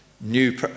new